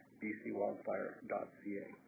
bcwildfire.ca